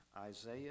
Isaiah